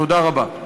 תודה רבה.